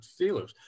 Steelers